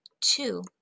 two